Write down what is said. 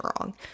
wrong